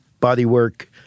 bodywork